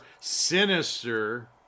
sinister